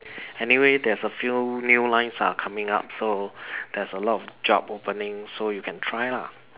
anyway there's a few new lines are coming up so there's a lot job opening so you can try lah